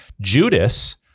Judas